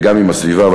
וגם עם הסביבה.